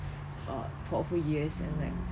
uh for a few years and like